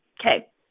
Okay